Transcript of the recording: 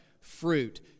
fruit